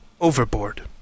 overboard